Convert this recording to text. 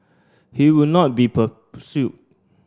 he would not be